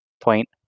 point